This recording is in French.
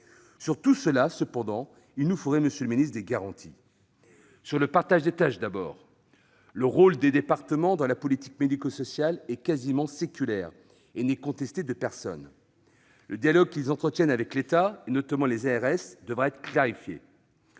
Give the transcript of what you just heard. sur tout cela, il nous faudrait des garanties. D'abord, sur le partage des tâches : le rôle des départements dans la politique médico-sociale est quasiment séculaire et n'est contesté par personne. Le dialogue qu'ils entretiennent avec l'État, notamment les ARS, devra être clarifié.